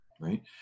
Right